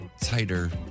tighter